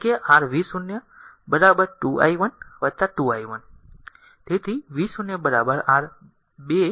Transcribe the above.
તેથી v0 2 i 1 કારણ કે આ r v0 2 i 1 2 i 1